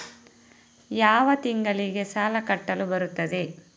ಯಾವ ತಿಂಗಳಿಗೆ ಸಾಲ ಕಟ್ಟಲು ಬರುತ್ತದೆ?